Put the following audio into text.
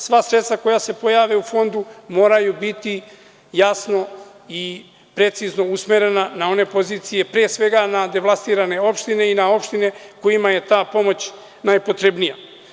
Sva sredstva koja se pojave u Fondu moraju biti jasno i precizno usmerena na one pozicije, pre svega na devastirane opštine i na opštine kojima je ta pomoć najpotrebnija.